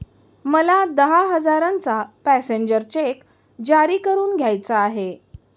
मला दहा हजारांचा पॅसेंजर चेक जारी करून घ्यायचा आहे